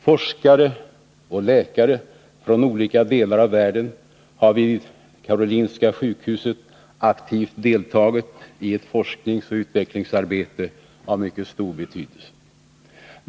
Forskare och läkare från olika delar av världen har vid Karolinska sjukhuset aktivt deltagit i ett forskningsoch utvecklingsarbete av stor betydelse.